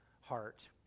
heart